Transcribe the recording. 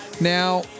Now